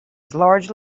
case